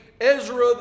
Ezra